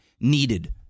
needed